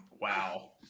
Wow